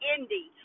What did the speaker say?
Indy